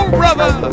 brother